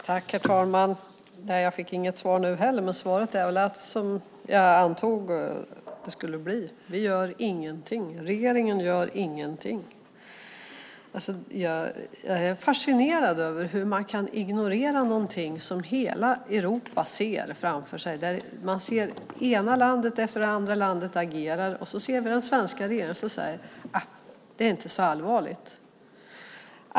Herr talman! Jag fick inget svar nu heller, men svaret är väl det jag antog det skulle bli, det vill säga att regeringen gör ingenting. Jag är fascinerad över hur man kan ignorera något som hela Europa ser framför sig. Det ena landet efter det andra agerar, och den svenska regeringen säger att det inte är så allvarligt.